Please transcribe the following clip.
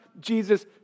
Jesus